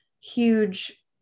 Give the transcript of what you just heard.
huge